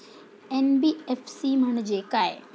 NBFC म्हणजे काय?